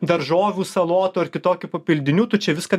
daržovių salotų ar kitokių papildinių tu čia viską